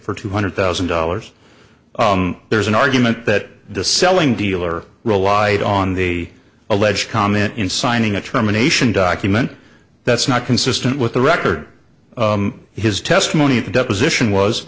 for two hundred thousand dollars there's an argument that the selling dealer relied on the alleged comment in signing a terminations document that's not consistent with the record his testimony at the deposition was